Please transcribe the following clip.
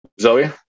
Zoe